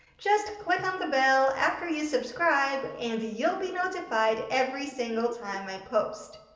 just click on the bell after you subscribe and you'll be notified every single time i post.